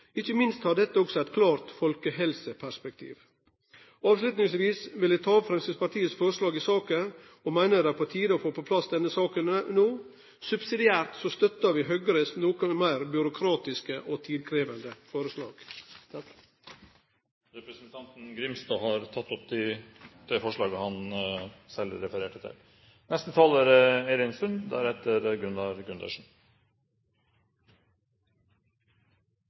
Ikkje minst har dette også eit klart folkehelseperspektiv. Avslutningsvis vil eg ta opp Framstegspartiets forslag i saka. Eg meiner det er på tide å få på plass denne saka no. Subsidiært støttar vi Høgres noko meir byråkratiske og tidkrevjande forslag. Representanten Oskar J. Grimstad har tatt opp det forslaget han refererte til. Støy, skade på natur, forstyrrelser av dyrelivet og potensielle konflikter med friluftsinteresser er